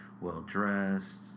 well-dressed